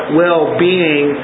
well-being